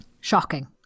Shocking